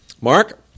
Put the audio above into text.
Mark